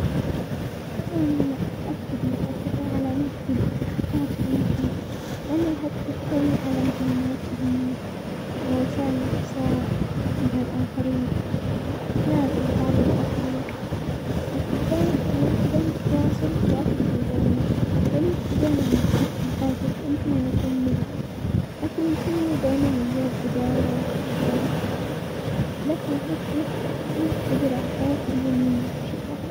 افظل اني افقد مفاتيحي على ان افقد الهاتف المحمول، لان الهاتف يحتوي على معلومات مهمة ووسائل اتصال مع الاخرين واسرار لبعض الاخرين وفقدانه يعني فقدان التواصل وافقد للبيانات، لان فقدان مفاتيح يمكن ان يكون مزعج لكن يمكنني دايما ايجاد بداله او استبداله، لكن الهاتف له تأثير كبير على حياتي اليومية بشكل عام.